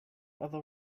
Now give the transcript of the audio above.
other